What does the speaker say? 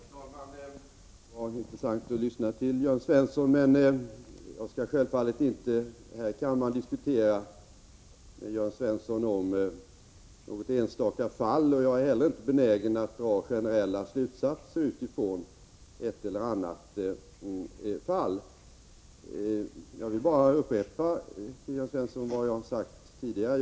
Herr talman! Det var intressant att lyssna till Jörn Svensson, men jag skall självfallet inte här i kammaren diskutera något enstaka fall med Jörn Svensson. Jag är inte heller benägen att dra generella slutsatser utifrån ett eller annat fall. Jag vill bara upprepa vad jag sagt tidigare.